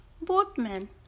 boatman